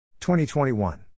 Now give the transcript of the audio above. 2021